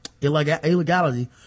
illegality